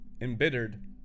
embittered